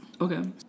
okay